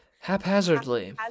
Haphazardly